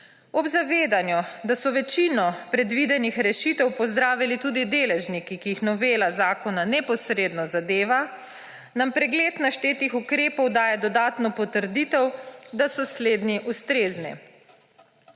Ob zavedanju, da so večino predvidenih rešitev pozdravili tudi deležniki, ki jih novela zakona neposredno zadeva, nam pregled naštetih ukrepov daje dodatno potrditev, da so slednji ustrezni.